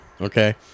Okay